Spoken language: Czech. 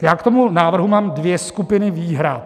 Já k tomu návrhu mám dvě skupiny výhrad.